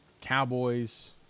Cowboys